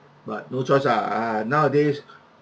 but no choice ah uh nowadays